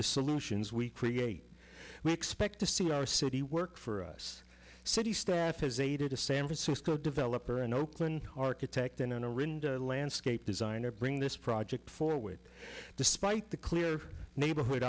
the solutions we create we expect to see our city work for us city staff has aided a san francisco developer and oakland architect in an orange landscape design or bring this project forward despite the clear neighborhood